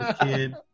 kid